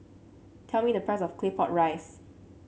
tell me the price of Claypot Rice